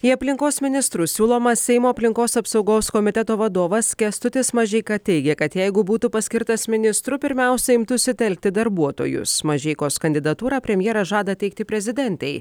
į aplinkos ministrus siūlomas seimo aplinkos apsaugos komiteto vadovas kęstutis mažeika teigė kad jeigu būtų paskirtas ministru pirmiausia imtųsi telkti darbuotojus mažeikos kandidatūrą premjeras žada teikti prezidentei